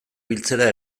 biltzera